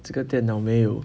这个电脑没有